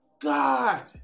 God